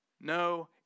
No